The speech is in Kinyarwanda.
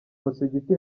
musigiti